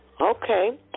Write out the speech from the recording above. Okay